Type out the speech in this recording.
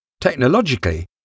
technologically